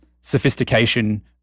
sophistication